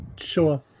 Sure